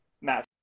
Matt